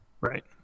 Right